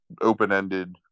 open-ended